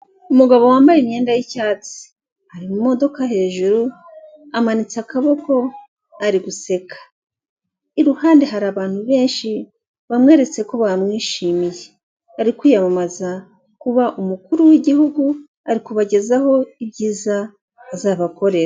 Umugabo wambaye imyenda y'icyatsi ari mu modoka hejuru amanitse akaboko ari guseka, iruhande hari abantu benshi bamweretse ko bamwishimiye, ari kwiyamamaza kuba umukuru w'igihugu, ari kubagezaho ibyiza azabakorera.